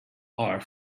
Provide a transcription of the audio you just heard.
our